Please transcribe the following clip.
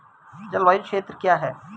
जलवायु क्षेत्र क्या है?